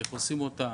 איך עושים אותה.